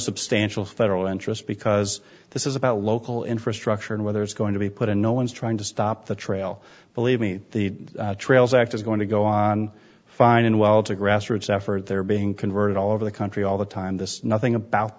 substantial federal interest because this is about local infrastructure and whether it's going to be put in no one's trying to stop the trail believe me the trails act is going to go on fine and while it's a grassroots effort they're being converted all over the country all the time this nothing about